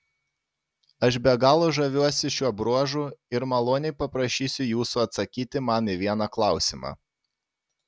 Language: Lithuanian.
aš be galo žaviuosi šiuo bruožu ir maloniai paprašysiu jūsų atsakyti man į vieną klausimą